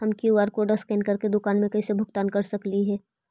हम QR code scan करके दुकान में भुगतान कैसे कर सकली हे?